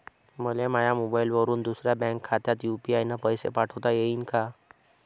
मले माह्या मोबाईलवरून दुसऱ्या बँक खात्यात यू.पी.आय न पैसे पाठोता येईन काय?